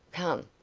come,